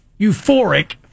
euphoric